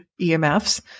EMFs